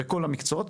בכל המקצועות.